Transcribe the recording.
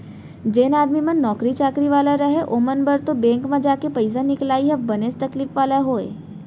जेन आदमी मन नौकरी चाकरी वाले रहय ओमन बर तो बेंक म जाके पइसा निकलाई ह बनेच तकलीफ वाला होय